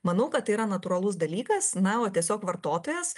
manau kad tai yra natūralus dalykas na o tiesiog vartotojas